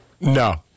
No